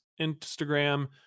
Instagram